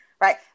Right